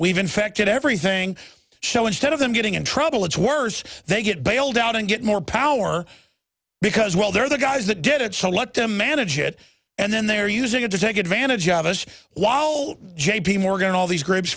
we've infected everything show instead of them getting in trouble it's worse they get bailed out and get more power because well they're the guys that did it so let them manage it and then they're using it to take advantage of us while j p morgan all these gr